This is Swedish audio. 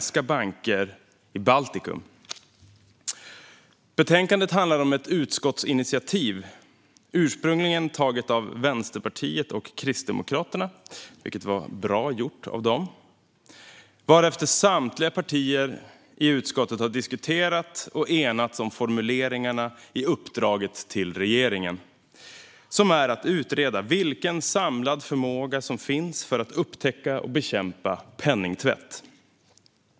Stärkta åtgärder mot penningtvätt Betänkandet handlar om ett utskottsinitiativ, ursprungligen taget av Vänsterpartiet och Kristdemokraterna, vilket var bra gjort av dem, varefter samtliga partier i utskottet har diskuterat och enats om formuleringarna i uppdraget till regeringen, som är att utreda vilken samlad förmåga som finns för att upptäcka och bekämpa penningtvätt.